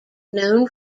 known